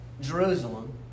Jerusalem